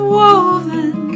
woven